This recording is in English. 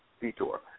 detour